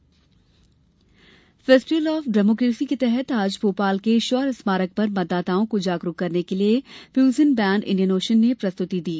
festival of democracy festival of democracy के तहत आज भोपाल के शौर्य स्मारक पर मतदाताओं को जागरूक करने के लिए फ्यूजन बैंड इंडियन ओशन ने प्रस्तुति दी